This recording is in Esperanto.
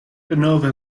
denove